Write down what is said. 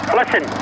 listen